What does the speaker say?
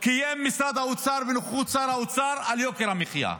קיים משרד האוצר בנוכחות שר האוצר על יוקר המחיה.